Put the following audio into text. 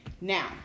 Now